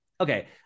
Okay